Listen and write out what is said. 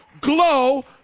glow